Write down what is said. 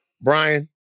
Brian